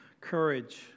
courage